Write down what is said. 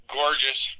gorgeous